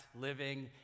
living